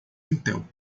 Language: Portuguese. intel